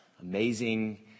Amazing